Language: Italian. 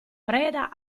preda